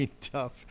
tough